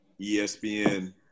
ESPN